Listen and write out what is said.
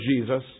Jesus